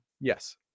yes